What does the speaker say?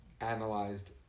analyzed